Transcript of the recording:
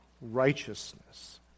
Righteousness